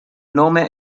nome